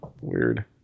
Weird